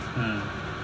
mm